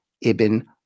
ibn